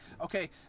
okay